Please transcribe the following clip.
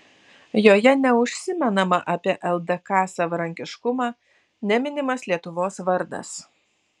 joje neužsimenama apie ldk savarankiškumą neminimas lietuvos vardas